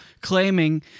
claiming